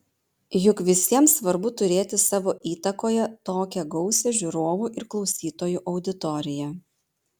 juk visiems svarbu turėti savo įtakoje tokią gausią žiūrovų ir klausytojų auditoriją